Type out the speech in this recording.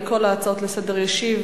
על כל ההצעות לסדר-היום ישיב